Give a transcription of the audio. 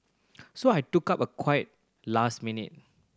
so I took up a quite last minute